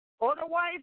otherwise